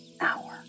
hour